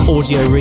Audio